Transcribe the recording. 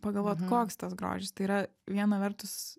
pagalvot koks tas grožis tai yra viena vertus